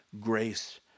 grace